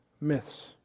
myths